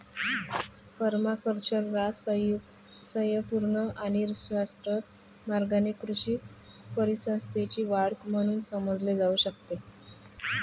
पर्माकल्चरला स्वयंपूर्ण आणि शाश्वत मार्गाने कृषी परिसंस्थेची वाढ म्हणून समजले जाऊ शकते